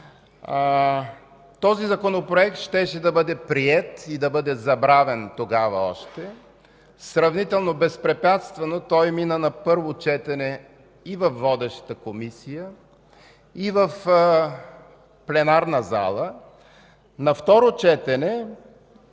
Този Законопроект щеше да бъде приет и да бъде забравен още тогава. Сравнително безпрепятствено той мина на първо четене и във водещата Комисия, и в пленарната зала. На второ четене,